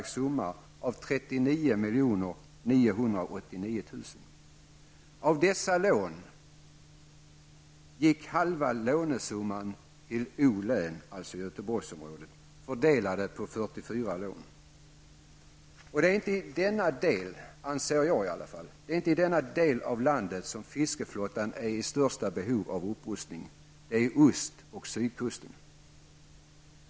Det är inte i denna del av landet, anser jag i alla fall, som fiskeflottan är i störst behov av upprustning. Men det är ost och sydkustflottan.